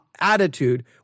attitude